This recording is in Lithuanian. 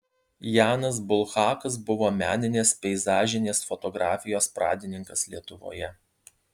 janas bulhakas buvo meninės peizažinės fotografijos pradininkas lietuvoje